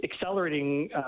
accelerating